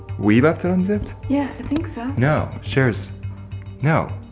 we left it unzipped? yeah, i think so. no, sharers no,